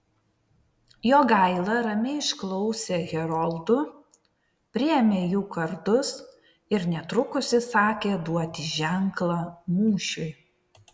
jogaila ramiai išklausė heroldų priėmė jų kardus ir netrukus įsakė duoti ženklą mūšiui